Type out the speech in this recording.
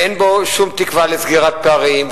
ואין בו שום תקווה לסגירת פערים,